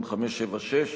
מ/576,